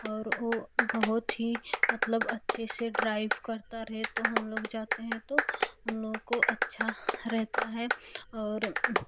और ओ बहुत ही मतलब अच्छे से ड्राइव करता रहे तो हम लोग जाते हैं तो हम लोगों को अच्छा रहता है और